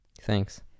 Thanks